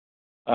آ بہٕ